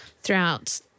throughout